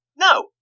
No